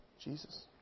Jesus